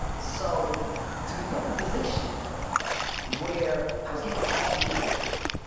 so to be put in a position where i was given an ultimatum,